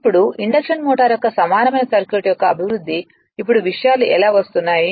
ఇప్పుడు induction motor యొక్క సమానమైన సర్క్యూట్ యొక్క అభివృద్ధి ఇప్పుడు విషయాలు ఎలా వస్తున్నాయి